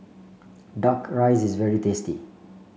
duck rice is very tasty